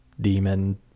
demon